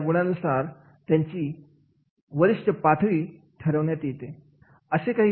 आणि या गुणांनुसार त्यांची वरिष्ठ पाथरी ठरवण्यात आले